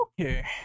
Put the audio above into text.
Okay